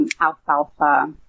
alfalfa